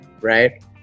right